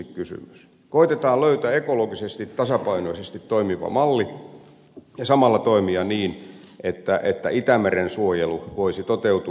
koetetaan löytää ekologisesti tasapainoisesti toimiva malli ja samalla toimia niin että itämeren suojelu voisi toteutua